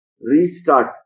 restart